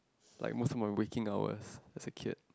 like most my waking hours as a kid